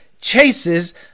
chases